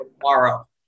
tomorrow